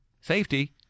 safety